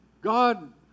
God